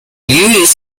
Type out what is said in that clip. lewis